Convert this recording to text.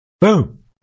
Boom